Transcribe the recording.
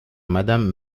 madame